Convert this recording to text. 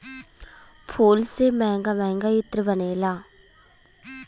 फूल से महंगा महंगा इत्र बनला